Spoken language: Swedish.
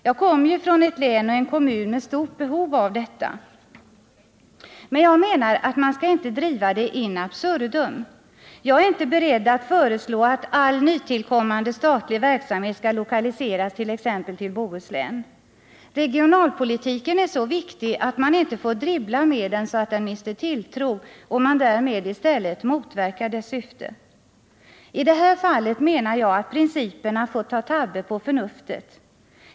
Jag kommer ju från ett län och en kommun med stort behov av detta. Men jag menar, att man skall inte driva det in absurdum. Jag är inte beredd att föreslå att all nytillkommande statlig verksamhet skall lokaliseras t.ex. till Bohuslän. Regionalpolitiken är så viktig, att man inte får dribbla med den så att den mister tilltro och man därmed i stället motverkar dess syfte. I det här fallet menar jag att principerna fått ta tabbe på förnuftet.